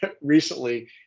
recently